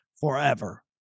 forever